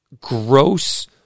gross